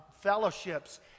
fellowships